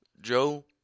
Joe –